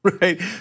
Right